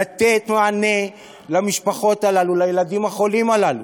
לתת מענה למשפחות הללו, לילדים החולים הללו,